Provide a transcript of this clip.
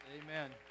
Amen